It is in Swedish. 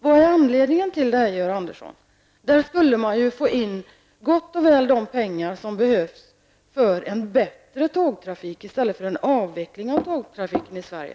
Vad är anledningen till det, Georg Andersson? Där skulle man få in gott och väl de pengar som behövs för en bättre tågtrafik i stället för att avveckla tågtrafiken i Sverige.